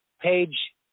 page